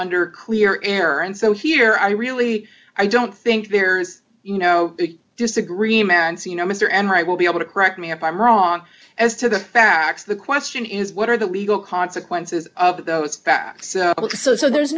under clear error and so here i really i don't think there's you know big disagreements you know mr and i will be able to correct me if i'm wrong as to the facts of the question is what are the legal consequences of those facts so there's